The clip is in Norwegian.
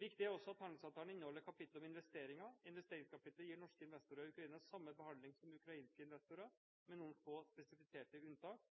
Viktig er også at handelsavtalen inneholder et kapittel om investeringer. Investeringskapittelet gir norske investorer i Ukraina samme behandling som ukrainske investorer, med noen få, spesifiserte unntak.